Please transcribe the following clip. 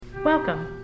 Welcome